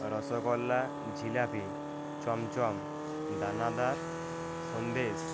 rasgulla jalebi chamcham danadar Sandesh